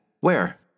Where